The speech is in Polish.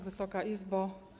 Wysoka Izbo!